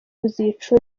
kuzica